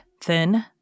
thin